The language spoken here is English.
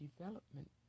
development